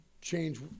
Change